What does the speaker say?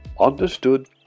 understood